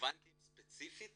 שרלבנטיים ספציפית